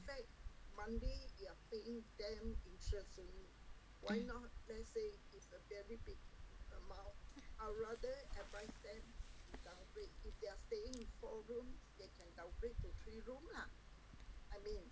mm